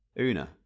Una